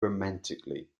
romantically